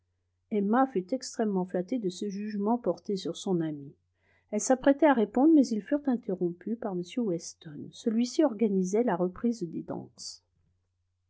emma fut extrêmement flattée de ce jugement porté sur son amie elle s'apprêtait à répondre mais ils furent interrompus par m weston celui-ci organisait la reprise des danses